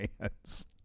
hands